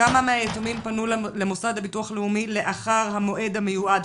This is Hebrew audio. כמה מהיתומים פנו למוסד לביטוח לאומי לאחר המועד המיועד,